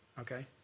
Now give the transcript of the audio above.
Okay